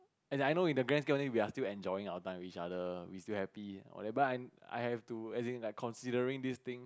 as in I know in the grand scheme of thing we're still enjoying our time with each other we still happy but I but I have to as in like considering this thing